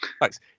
Thanks